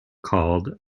called